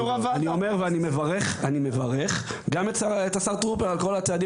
ואני מברך גם את השר טרופר על כל הצעדים,